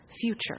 future